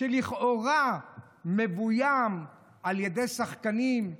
שלכאורה מבוים על ידי שחקנים,